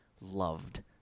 loved